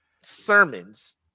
sermons